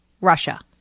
Russia